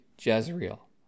Jezreel